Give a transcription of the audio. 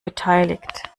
beteiligt